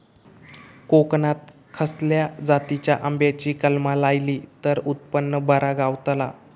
कोकणात खसल्या जातीच्या आंब्याची कलमा लायली तर उत्पन बरा गावताला?